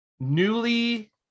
newly